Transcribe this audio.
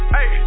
Hey